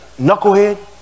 knucklehead